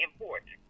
important